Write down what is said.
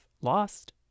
Lost